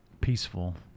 Peaceful